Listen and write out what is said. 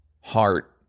heart